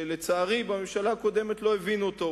שלצערי בממשלה הקודמת לא הבינו אותו,